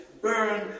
Burn